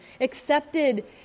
accepted